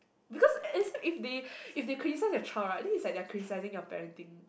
because is if they if they criticise your child right then it's like they are criticising your parenting